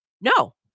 No